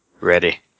ready